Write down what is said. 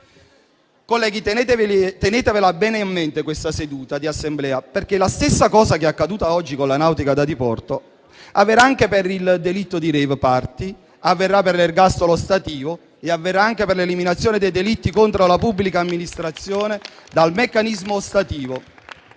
Colleghi, tenetevela bene in mente questa seduta di Assemblea, perché la stessa cosa che è accaduta oggi con la nautica da diporto avverrà anche per il delitto di *rave party*, per l'ergastolo ostativo e per l'eliminazione dei delitti contro la pubblica amministrazione dal meccanismo ostativo.